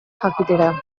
jakitera